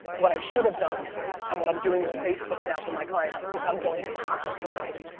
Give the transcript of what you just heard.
what i should've done and what i'm doing with facebook now for my clients is i'm going pot committed.